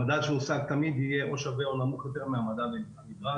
המדד שהושג תמיד יהיה או שווה או נמוך יותר מהמדד הנדרש